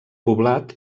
poblat